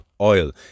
oil